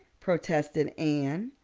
protested anne.